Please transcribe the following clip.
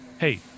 hey